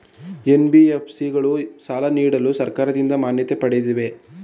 NBFC ಗಳು ಸಾಲ ನೀಡಲು ಸರ್ಕಾರದಿಂದ ಮಾನ್ಯತೆ ಪಡೆದಿವೆಯೇ?